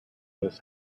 list